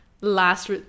last